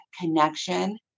connection